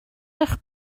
eich